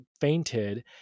fainted